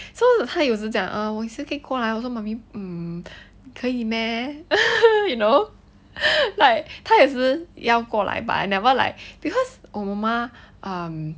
so 他有时讲 oh 我是可以过来我说 mummy um 可以 meh you know like 她也是要过来 but I never like because 我妈妈